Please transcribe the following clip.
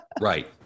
Right